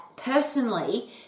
personally